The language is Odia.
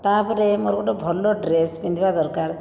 ତା ପରେ ମୋର ଗୋଟିଏ ଭଲ ଡ୍ରେସ୍ ପିନ୍ଧିବା ଦରକାର